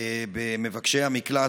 במבקשי המקלט,